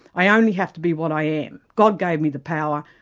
i only have to be what i am. god gave me the power,